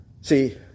See